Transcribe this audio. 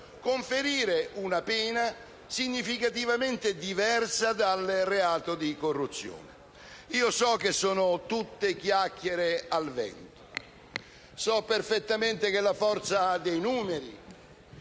conferire una pena significativamente diversa dal reato di corruzione. So che queste sono tutte chiacchiere al vento e so perfettamente che la forza dei numeri